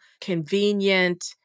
convenient